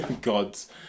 God's